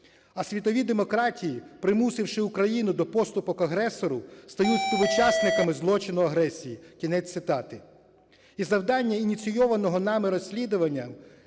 А світові демократії, примусивши Україну до поступок агресору, стають співучасниками злочину агресії" – кінець цитати. І завдання ініційованого нами розслідування